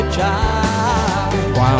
Wow